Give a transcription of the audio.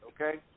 okay